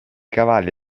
cavalli